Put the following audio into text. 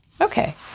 Okay